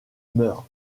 meurt